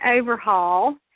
overhaul